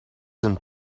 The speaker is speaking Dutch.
een